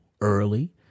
early